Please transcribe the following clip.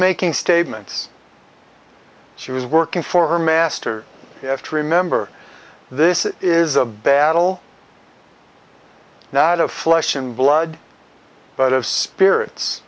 making statements she was working for her master you have to remember this is a battle not of flesh and blood but of spirits